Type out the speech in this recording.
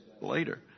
later